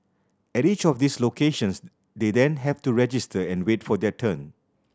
at each of these locations they then have to register and wait for their turn